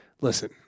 Listen